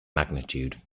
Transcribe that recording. magnitude